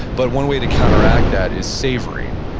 but one way to counteract that is savoring,